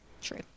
True